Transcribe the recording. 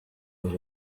was